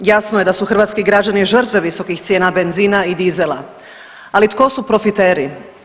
Jasno je da su hrvatski građani žrtve visokih cijena benzina i dizela, ali tko su profiteri.